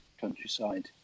countryside